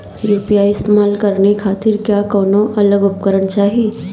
UPI इस्तेमाल करने खातिर क्या कौनो अलग उपकरण चाहीं?